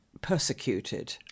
persecuted